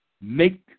make